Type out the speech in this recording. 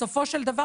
בסופו של דבר,